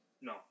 No